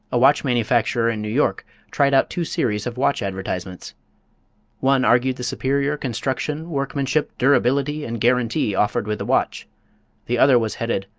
a watch manufacturer in new york tried out two series of watch advertisements one argued the superior construction, workmanship, durability, and guarantee offered with the watch the other was headed,